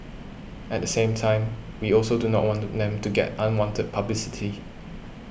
at the same time we also do not want to them to get unwanted publicity